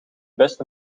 best